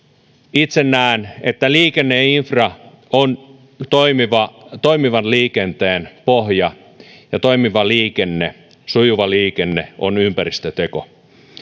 itse näen että liikenneinfra on toimivan liikenteen pohja ja että toimiva liikenne sujuva liikenne on ympäristöteko